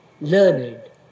learned